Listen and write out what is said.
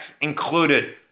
included